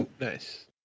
nice